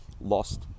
lost